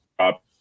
up